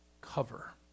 cover